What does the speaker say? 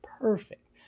Perfect